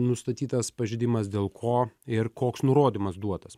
nustatytas pažeidimas dėl ko ir koks nurodymas duotas